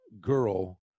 girl